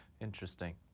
Interesting